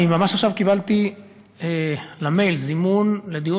אני ממש עכשיו קיבלתי למייל זימון לדיון